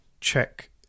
check